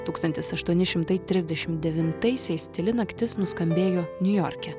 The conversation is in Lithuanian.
tūkstantis aštuoni šimtai trisdešim devintaisiais tyli naktis nuskambėjo niujorke